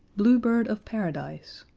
blue bird of paradise,